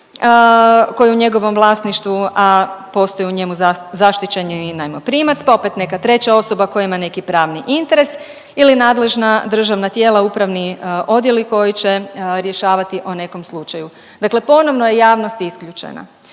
koji je u njegovom vlasništvu, a postoji u njemu zaštićeni najmoprimac, pa opet neka treća osoba koja ima neki pravni interes ili nadležna državna tijela upravni odjeli koji će rješavati o nekom slučaju. Dakle, ponovno je javnost isključena.